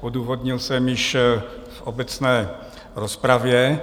Odůvodnil jsem již v obecné rozpravě.